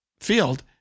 field